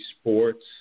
sports